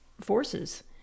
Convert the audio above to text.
forces